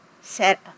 set